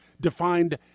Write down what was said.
defined